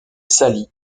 sally